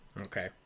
Okay